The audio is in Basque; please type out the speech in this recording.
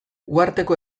uharteko